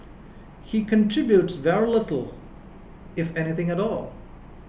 he contributes very little if anything at all